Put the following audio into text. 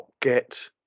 get